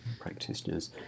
practitioners